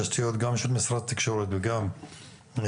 תשתיות גם של משרד התקשורת וגם תחבורה.